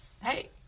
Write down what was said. Hey